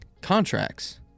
contracts